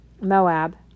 Moab